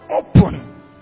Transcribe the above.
open